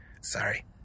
Sorry